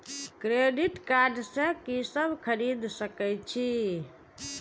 Credit card से की सब खरीद सकें छी?